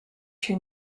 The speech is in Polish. się